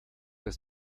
ist